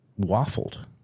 waffled